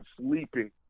sleeping